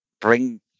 bring